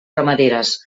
ramaderes